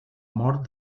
mort